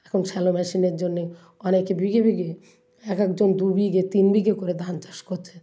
এখন শ্যালো মেশিনের জন্যে অনেকে বিঘে বিঘে এক একজন দু বিঘে তিন বিঘে করে ধান চাষ করছে